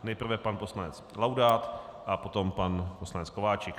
Nejprve pan poslanec Laudát a potom pan poslanec Kováčik.